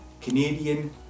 Canadian